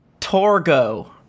Torgo